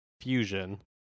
Fusion